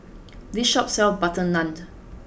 this shop sells butter naan